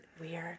Weird